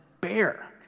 bear